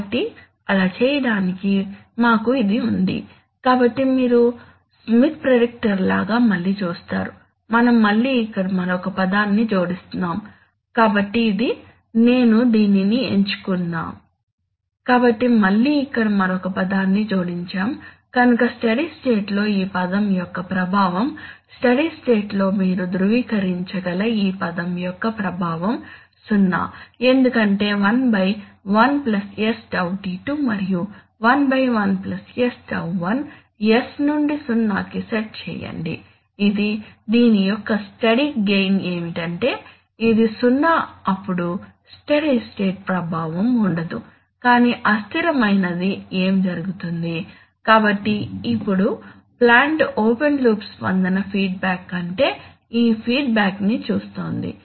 కాబట్టి అలా చేయడానికి మాకు ఇది ఉంది కాబట్టి మీరు స్మిత్ ప్రిడిక్టర్ లాగా మళ్ళీ చూస్తారు మనం మళ్ళీ ఇక్కడ మరొక పదాన్ని జోడిస్తున్నాము కాబట్టి ఇది నేను దీనిని ఎంచుకుందాం కాబట్టి మళ్ళీ ఇక్కడ మరొక పదాన్ని జోడించాము కనుక స్టడీ స్టేట్ లో ఈ పదం యొక్క ప్రభావం స్టడీ స్టేట్ లో మీరు ధృవీకరించగల ఈ పదం యొక్క ప్రభావం 0 ఎందుకంటే 1 1 s τ2 మరియు 1 1 s τ1 s ను 0 కి సెట్ చేయండి ఇది దీని యొక్క స్టడీ గెయిన్ ఏమిటంటే ఇది 0 అప్పుడు స్టడీ స్టేట్ ప్రభావం ఉండదు కాని అస్థిరమైనది ఏమి జరుగుతుంది కాబట్టి ఇప్పుడు ప్లాంట్ ఓపెన్ లూప్ స్పందన ఫీడ్బ్యాక్ కంటే ఈ ఫీడ్బ్యాక్ ని చూస్తోంది